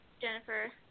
Jennifer